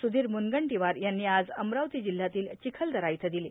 सुधीर मुनगंटीवार यांनी आज अमरावती जिल्ह्यातील चिखलदरा इथं दिली